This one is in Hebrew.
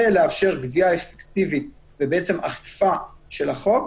ולאפשר גבייה אפקטיבית ואכיפה של החוק,